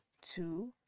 two